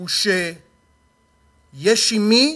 הוא שיש עם מי